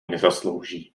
nezaslouží